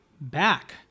back